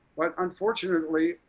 but unfortunately,